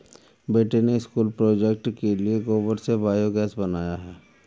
बेटे ने school project के लिए गोबर से बायोगैस बनाया है